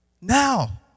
Now